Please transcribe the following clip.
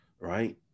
right